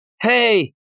hey